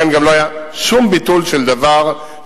לכן גם לא היה שום ביטול של דבר שקרה.